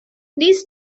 these